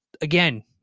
again